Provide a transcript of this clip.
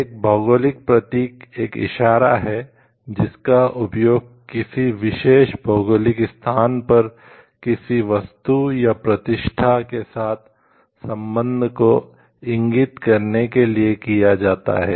एक भौगोलिक प्रतीक एक इशारा है जिसका उपयोग किसी विशेष भौगोलिक स्थान पर किसी वस्तु या प्रतिष्ठा के साथ संबंध को इंगित करने के लिए किया जाता है